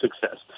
success